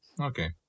Okay